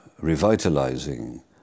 revitalizing